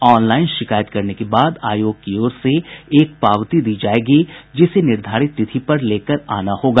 online शिकायत करने के बाद आयोग की ओर से एक पावती दी जायेगी जिसे निर्धारित तिथि पर लेकर आना होगा